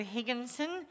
Higginson